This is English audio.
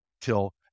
till